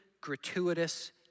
gratuitous